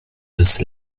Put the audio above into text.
bis